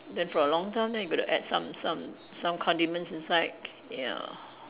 then for a long time then you got to add some some some condiments inside ya